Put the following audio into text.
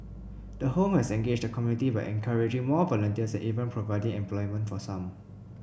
the home has engaged the community by encouraging more volunteers and even providing employment for some